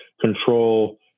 control